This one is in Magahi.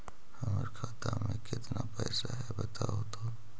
हमर खाता में केतना पैसा है बतहू तो?